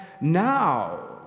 now